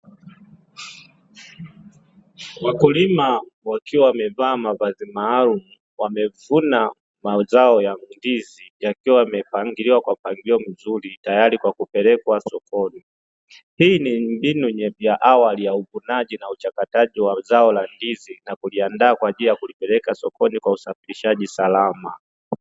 Wakulima wakiwa wamevaa mavazi maalumu wamevuna mazao ya ndizi yakiwa yamepangiliwa kwa mpangilio mzuri tayari kwa kupelekwa sokoni. Hii ni mbinu ya awali ya uvunaji na uchakataji wa zao la ndizi na kuliandaa kwa ajili ya kulipeleka sokoni kwa usafirishaji salama.